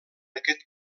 aquest